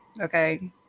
okay